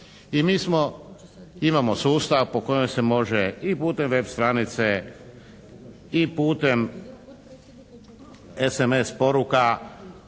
smo imamo sustav po kojem se može i putem web stranice i putem SMS poruka,